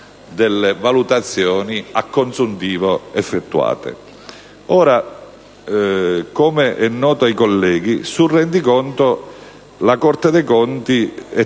delle valutazioni effettuate. Ora - come è noto ai colleghi - sul rendiconto la Corte dei conti è